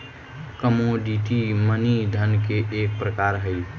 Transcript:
commodity money धन के एक प्रकार हई